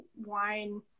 wine